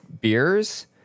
beers